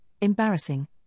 embarrassing